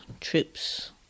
troops